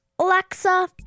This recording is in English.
Alexa